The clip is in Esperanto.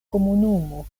komunumo